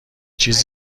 چیز